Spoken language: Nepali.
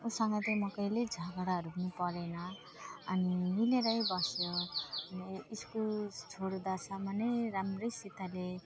उसँग चाहिँ म कहिल्यै झगडाहरू पनि परिनँ अनि मिलेरै बस्यौँ अनि स्कुल छोड्दासम्म नै राम्रैसितले